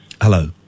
Hello